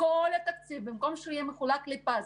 שכל התקציב, במקום שהוא יהיה מחולק לפאזל,